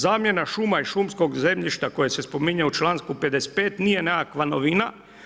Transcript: Zamjena šuma i šumskog zemljišta koje se spominje u čl. 55. nije nekakva novina.